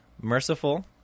merciful